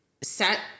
set